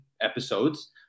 episodes